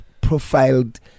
profiled